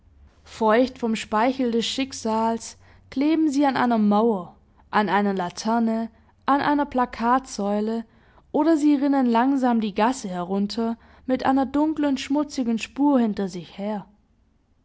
feucht vom speichel des schicksals kleben sie an einer mauer an einer laterne an einer plakatsäule oder sie rinnen langsam die gasse herunter mit einer dunklen schmutzigen spur hinter sich her